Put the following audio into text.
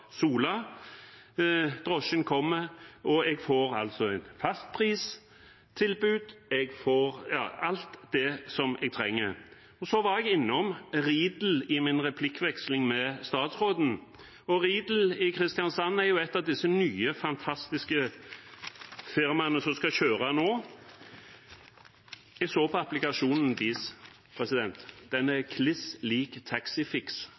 Sola. Drosjen kommer, og jeg får et fastpristilbud – ja, jeg får alt det jeg trenger. Jeg var innom Ridel i min replikkveksling med statsråden. Ridel i Kristiansand er et av disse nye, fantastiske firmaene som skal kjøre nå. Jeg så på applikasjonen deres. Den er kliss lik